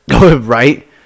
Right